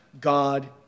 God